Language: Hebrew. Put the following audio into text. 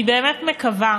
אני באמת מקווה